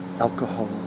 alcohol